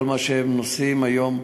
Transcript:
וכל מה שהאזרחים נושאים היום,